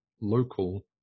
local